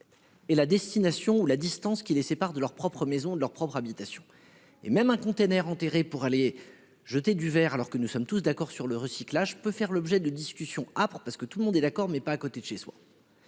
Et la destination ou la distance qui les sépare de leurs propres maisons de leur propre habitation et même un container enterré pour aller jeter du verre alors que nous sommes tous d'accord sur le recyclage peut faire l'objet de discussions âpres parce que tout le monde est d'accord mais pas à côté de chez soi.